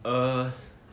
err